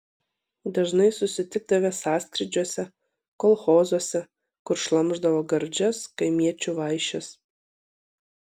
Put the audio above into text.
dažnai susitikdavę sąskrydžiuose kolchozuose kur šlamšdavo gardžias kaimiečių vaišes